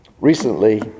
Recently